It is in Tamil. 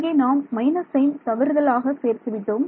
இங்கே நாம் மைனஸ் சைன் தவறுதலாக சேர்த்து விட்டோம்